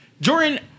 Jordan